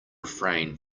refrain